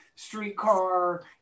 Streetcar